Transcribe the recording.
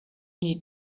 need